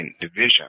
Division